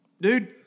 Dude